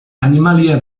animalia